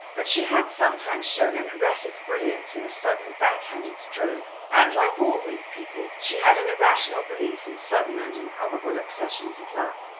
but she had sometimes shown an erratic brilliance in a sudden, back-handed stroke and, like all weak people, she had an irrational belief in sudden and improbable accessions of luck.